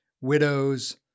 widows